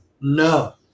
No